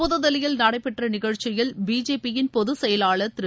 புதுதில்லியில் நடைபெற்றநிகழச்சியில் பிஜேபியின் பொதுசெயலாளர் திரு